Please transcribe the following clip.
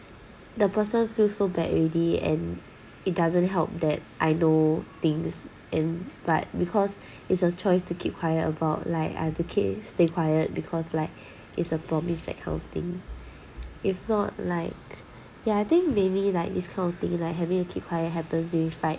the person feel so bad already and it doesn't help that I know things in but because it's a choice to keep quiet about like I have to keep stay quiet because like it's a promise that kind of thing if not like ya I think mainly like this kind of thing like having to keep quiet happens during fight